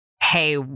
hey